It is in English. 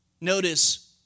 Notice